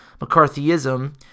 mccarthyism